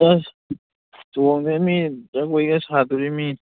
ꯑꯁ ꯆꯣꯡꯗꯣꯏꯅꯤ ꯖꯒꯣꯏꯒ ꯁꯥꯗꯣꯔꯤꯃꯤ